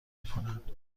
میکنند